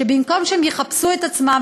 שבמקום שיחפשו את עצמם,